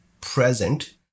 present